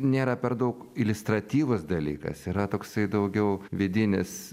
nėra per daug iliustratyvus dalykas yra toksai daugiau vidinis